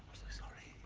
sorry.